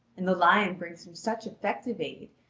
and the lion brings him such effective aid,